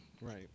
Right